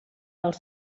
els